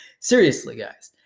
seriously guys,